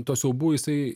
tuo siaubu jisai